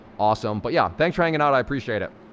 awesome. but yeah, thanks for hanging out. i appreciate it.